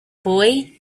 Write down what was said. boy